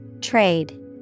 Trade